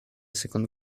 second